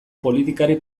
politikari